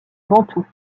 bantoues